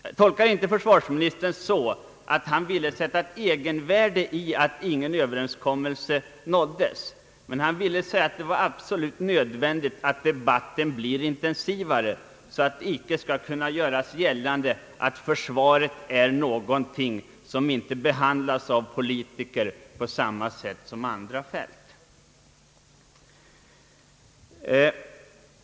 Jag tolkar inte försvarsministern så att han ansåg det ligga ett egenvärde i att ingen överenskommelse nåddes, men han ville säga att det var absolut nödvändigt att debatten blir intensivare så att det icke skall kunna göras gällande att försvaret är någonting som inte behandlas av politiker på samma sätt som andra fält.